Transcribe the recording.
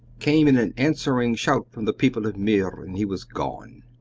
came in an answering shout from the people of meer, and he was gone.